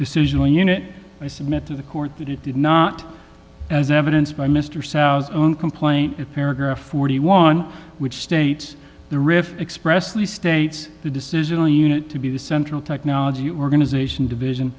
decision and unit i submit to the court that it did not as evidence by mr sow's own complaint at paragraph forty one which states the rift expressly states the decision on unit to be the central technology organization division